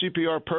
CPR